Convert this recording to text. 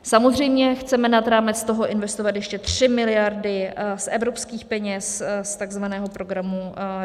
Samozřejmě chceme nad rámec toho investovat ještě 3 mld. z evropských peněz, z tzv. programu React.